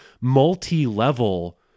multi-level